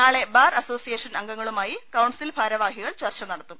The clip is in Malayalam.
നാളെ ബാർ അസോസി യേഷൻ അംഗങ്ങളുമായി കൌൺസിൽ ഭാരവാഹികൾ ചർച്ച നട ത്തും